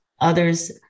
Others